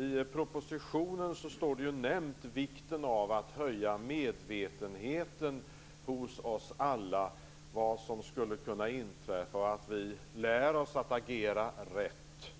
I propositionen nämns vikten av att höja medvetenheten hos oss alla om vad som skulle kunna inträffa och av att lära oss att agera rätt.